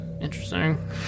interesting